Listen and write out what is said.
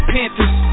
Panthers